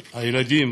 הילדים,